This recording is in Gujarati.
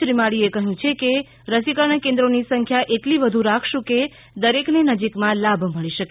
શ્રીમાળી એ કહ્યું છે કે રસીકરણ કેન્દ્રોની સંખ્યા એટલી વધુ રાખશુ કે દરેકને નજીકમાં લાભ મળી શકે